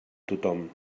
tothom